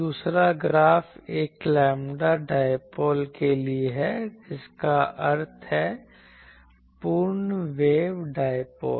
दूसरा ग्राफ एक lambda dipole के लिए है जिसका अर्थ है पूर्ण वेव डायपोल